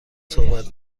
صحبت